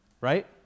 right